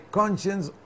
conscience